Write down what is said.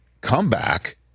comeback